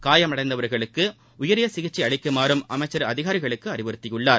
காயமடைந்தவர்களுக்கு உயரிய சிகிச்சை அளிக்குமாறும் அமைச்சர் அதிகாரிகளுக்கு அறிவுறுத்தியுள்ளார்